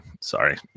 Sorry